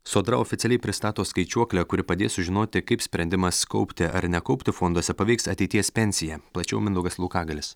sodra oficialiai pristato skaičiuoklę kuri padės sužinoti kaip sprendimas kaupti ar nekaupti fonduose paveiks ateities pensiją plačiau mindaugas laukagalis